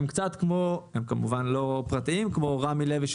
הם כמובן לא פרטיים כמו רמי לוי,